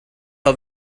her